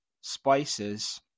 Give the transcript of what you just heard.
spices